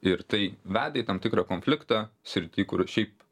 ir tai veda į tam tikrą konfliktą srity kur šiaip